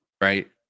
right